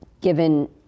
Given